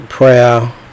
prayer